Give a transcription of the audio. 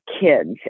kids